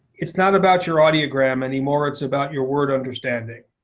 it's not about your audiogram anymore, it's about your word understanding.